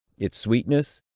its sweetness,